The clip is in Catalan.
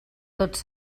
tots